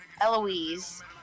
Eloise